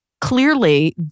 Clearly